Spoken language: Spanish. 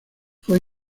fue